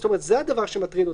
זה הדבר שמטריד אתכם.